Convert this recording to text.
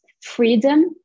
freedom